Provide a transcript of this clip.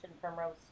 Primrose